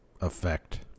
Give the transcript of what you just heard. effect